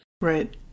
Right